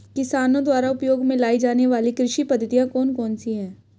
किसानों द्वारा उपयोग में लाई जाने वाली कृषि पद्धतियाँ कौन कौन सी हैं?